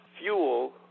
fuel